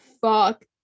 fuck